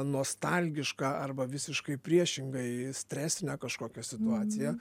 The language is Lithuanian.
nostalgišką arba visiškai priešingai stresinę kažkokią situaciją